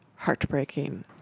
heartbreaking